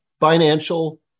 financial